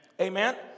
Amen